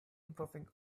improving